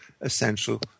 essential